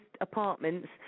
apartments